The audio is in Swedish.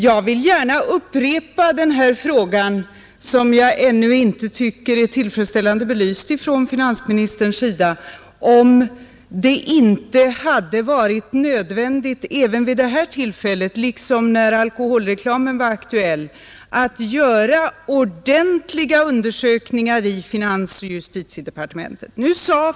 Jag vill gärna upprepa en fråga som enligt min mening ännu inte är tillfredsställande belyst från finansministerns sida, nämligen om det inte hade varit nödvändigt även vid detta tillfälle, liksom när alkoholreklamen var aktuell, att göra ordentliga undersökningar i finansoch justitiedepartementen.